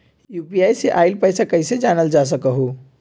UPI से आईल पैसा कईसे जानल जा सकहु?